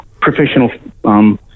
professional